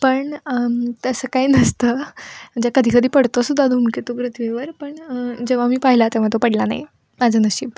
पण तसं काही नसतं म्हणजे कधी कधी पडतोसुद्धा धूमकेतू पृथ्वीवर पण जेव्हा मी पाहिला तेव्हा तो पडला नाही माझं नशीब